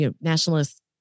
nationalists